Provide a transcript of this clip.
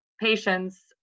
patients